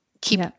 keep